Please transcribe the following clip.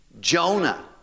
Jonah